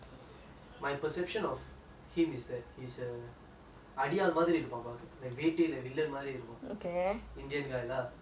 அடியாள் மாரி இருப்பான் பாக்குறதுக்கு வேட்டில வில்லன் மாரி வருவான்:adiyaal maari irupan pakurathuku vaetilae villan maari varuvaan indian guy lah so err he he looked like that and all that